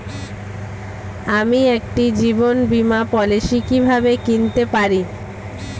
আমি একটি জীবন বীমা পলিসি কিভাবে কিনতে পারি?